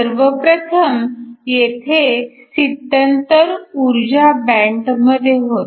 सर्व प्रथम येथे स्थित्यंतर ऊर्जा बँडमध्ये होते